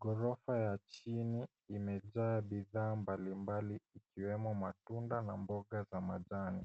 Ghorofa ya chini imejaa bidhaa mbalimbali ikiwemo matunda na mboga za majani.